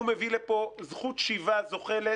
הוא מביא לפה זכות שיבה זוחלת